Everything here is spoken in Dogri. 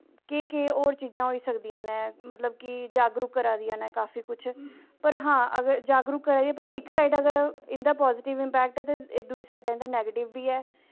केह् केह् होर चीजां होई सकदियां न मतलब कि जागरुक करा दियां न बैसे कुछ पर हां जागरुक करा दियां पर इक साईड़ इंदा पाज़िटिब इंपैक्ट ते दुई साईड़ नैगेटिव बी ऐ